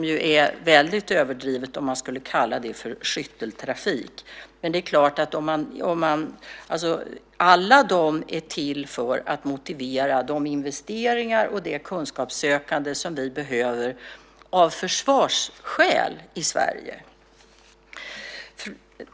Det är väldigt överdrivet att kalla det för skytteltrafik. Alla dessa är till för att motivera de investeringar och det kunskapssökande som vi behöver av försvarsskäl i Sverige.